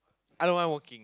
I don't mind working